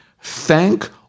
thank